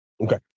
Okay